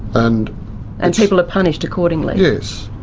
and and people are punished accordingly? yes.